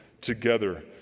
together